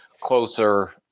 closer